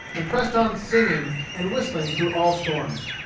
and pressed on singing and whistling through all storms.